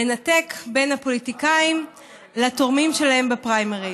לנתק בין הפוליטיקאים לתורמים שלהם בפריימריז.